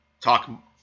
talk